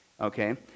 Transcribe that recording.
Okay